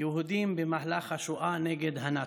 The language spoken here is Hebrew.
יהודים במהלך השואה נגד הנאצים,